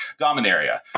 Dominaria